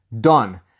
done